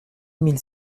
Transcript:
mille